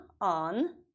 on